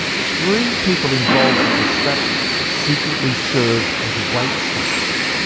three people involved with the study secretly served as waitstaff,